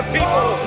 people